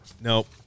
Nope